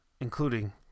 including